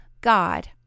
god